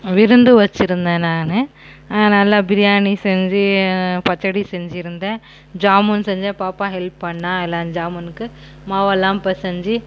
விருந்து வச்சுருந்தேன் நானு நல்ல பிரியாணி செஞ்சு பச்சடி செஞ்சுருந்தேன் ஜாமுன் செஞ்சேன் பாப்பா ஹெல்ப் பண்ணால் எல்லா ஜாமுனுக்கு மாவெல்லாம் பிசஞ்சி